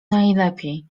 najlepiej